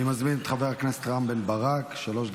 אני מזמין את חבר הכנסת רם בן ברק לנמק